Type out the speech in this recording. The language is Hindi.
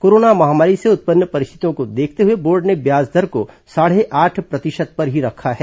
कोरोना महामारी से उत्पन्न परिस्थितियों को देखते हए बोर्ड ने व्याज दर को साढ़े आठ प्रतिशत पर ही रखा है